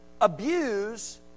abuse